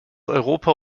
europa